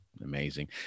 amazing